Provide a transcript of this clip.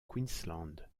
queensland